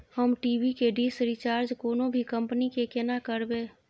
हम टी.वी के dish recharge कोनो भी कंपनी के केना करबे?